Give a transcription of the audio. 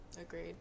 Agreed